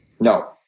No